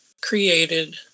created